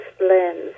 lens